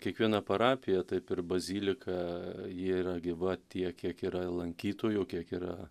kiekviena parapija taip ir bazilika ji yra gyva tiek kiek yra lankytojų kiek yra